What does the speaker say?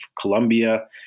Colombia